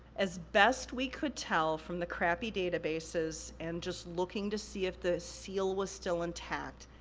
as best we could tell from the crappy databases, and just looking to see if the seal was still intact,